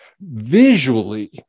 visually